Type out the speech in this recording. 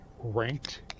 ranked